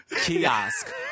kiosk